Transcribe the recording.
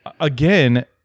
Again